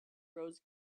rose